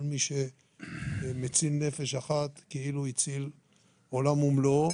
כל מי שמציל נפש אחת, כאילו הציל עולם ומלואו.